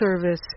service